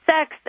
sex